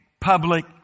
public